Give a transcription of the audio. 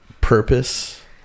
purpose